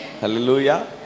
Hallelujah